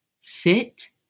sit